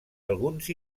alguns